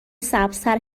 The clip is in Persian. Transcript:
سبزتر